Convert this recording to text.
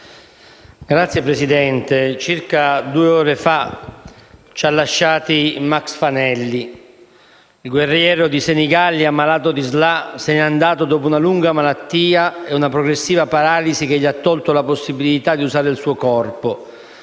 Signor Presidente, circa due ore fa ci ha lasciati Max Fanelli: guerriero di Senigallia, malato di SLA, se ne è andato dopo una lunga malattia e una progressiva paralisi che gli ha tolto la possibilità di usare il suo corpo,